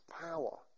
power